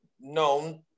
known